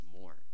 more